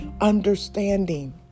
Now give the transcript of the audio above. understanding